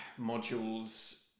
modules